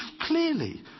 clearly